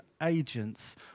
agents